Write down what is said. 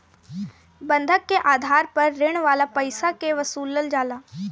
बंधक के आधार पर ऋण वाला पईसा के वसूलल जाला